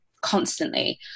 constantly